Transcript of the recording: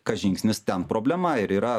kas žingsnis ten problema ir yra